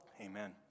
Amen